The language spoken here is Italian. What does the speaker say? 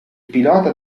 pilota